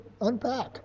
unpack